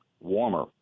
warmer